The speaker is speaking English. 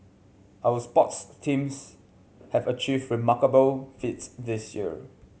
our sports teams have achieved remarkable feats this year